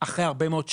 אחרי הרבה מאוד שנים,